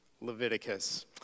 leviticus